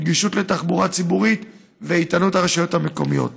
נגישות של תחבורה ציבורית ואיתנות הרשויות המקומיות.